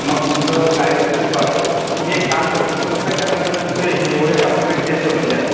मग तुमचं काय होत आहे ते पाहतो तुम्ही एक काम करतो तुम्ही काय करा मला तुमचे एवढे डाकुमेंट्स सेंड करून द्या